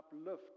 uplift